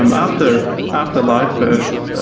um after after live birth,